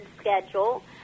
schedule